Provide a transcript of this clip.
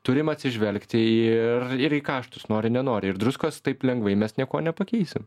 turim atsižvelgti ir ir į kaštus nori nenori ir druskos taip lengvai mes niekuo nepakeisim